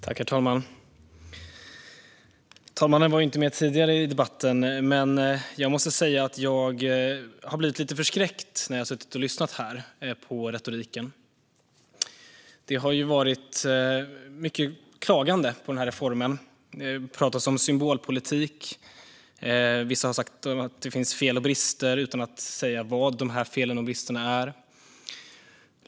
Herr talman! Talmannen var inte med tidigare under debatten. Jag har blivit lite förskräckt när jag har suttit och lyssnat på retoriken. Det har varit mycket klagande på reformen. Det talas om symbolpolitik. Vissa har sagt att det finns fel och brister utan att säga vad de felen och bristerna är.